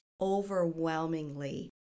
overwhelmingly